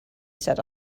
said